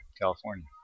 California